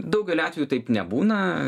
daugeliu atvejų taip nebūna